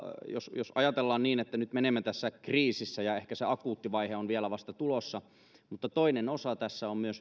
jos jos ajatellaan niin että nyt menemme tässä kriisissä ja ehkä se akuutti vaihe on vielä vasta tulossa niin toinen osa tässä on